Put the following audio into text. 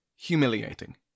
Humiliating